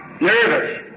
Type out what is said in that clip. Nervous